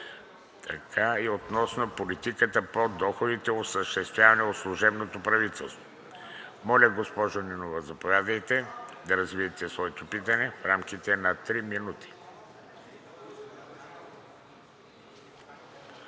Нинова относно политиката по доходите, осъществявана от служебното правителство. Госпожо Нинова, заповядайте да развиете своето питане в рамките на три минути.